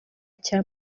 cya